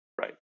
Right